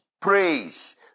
praise